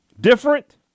different